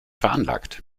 veranlagt